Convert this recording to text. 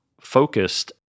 focused